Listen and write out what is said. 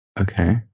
Okay